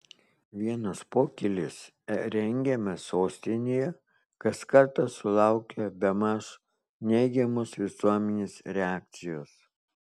vienos pokylis rengiamas sostinėje kas kartą sulaukia bemaž neigiamos visuomenės reakcijos